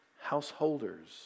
householders